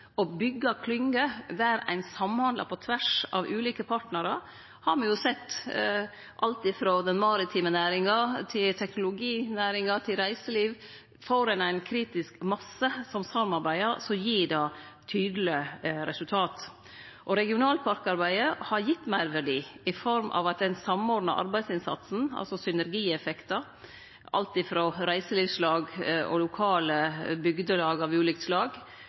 Å byggje klyngjer, der ein samhandlar på tvers av ulike partnarar, har me jo sett i alt frå den maritime næringa til teknologinæringa og til reiseliv. Får ein ein kritisk masse som samarbeider, gir det tydelege resultat. Og regionalparkarbeidet, i form av den samordna arbeidsinnsatsen frå alt frå reiselivslag og lokale bygdelag av ulike slag